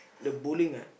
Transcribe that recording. the bowling ah